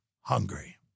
hungry